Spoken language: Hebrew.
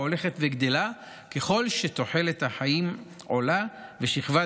ההולכת וגדלה ככל שתוחלת החיים עולה ושכבת